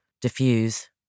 diffuse